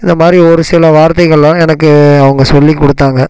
இந்த மாதிரி ஒரு சில வார்த்தைகளெலாம் எனக்கு அவங்க சொல்லி கொடுத்தாங்க